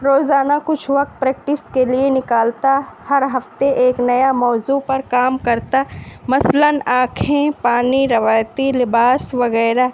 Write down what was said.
روزانہ کچھ وقت پریکٹس کے لیے نکالتا ہر ہفتے ایک نیا موضوع پر کام کرتا مثلاً آنکھیں پانی روایتی لباس وغیرہ